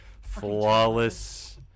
Flawless